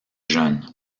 jeunes